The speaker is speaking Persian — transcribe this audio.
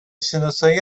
شناسایی